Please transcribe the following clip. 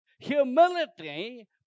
Humility